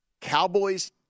Cowboys